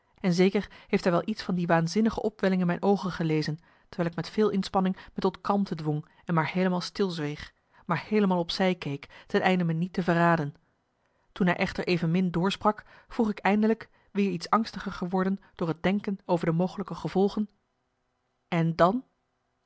en zeker heeft hij wel iets van die waanzinnige opwelling in mijn oogen gelezen terwijl ik met veel inspanning me tot kalmte dwong en maar heelemaal stilzweeg maar heelemaal op zij keek ten einde me niet te verraden toen hij echter evenmin door sprak vroeg ik eindelijk weer iets angstiger geworden door het denken over de mogelijke gevolgen en dan